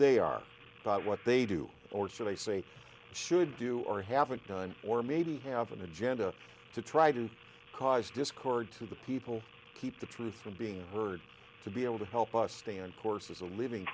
they are not what they do or should i say should do or haven't done or maybe they have an agenda to try to cause discord to the people keep the truth from being heard to be able to help us stay on course as a living